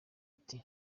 ati